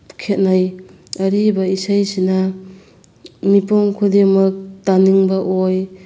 ꯈꯦꯠꯅꯩ ꯑꯔꯤꯕ ꯏꯁꯩꯁꯤꯅ ꯃꯤꯄꯨꯡ ꯈꯨꯗꯤꯡꯃꯛ ꯇꯥꯅꯤꯡꯕ ꯑꯣꯏ